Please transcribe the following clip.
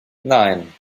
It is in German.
nein